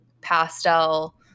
pastel